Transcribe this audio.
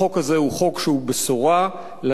החוק הזה הוא חוק שהוא בשורה לנשים,